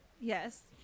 Yes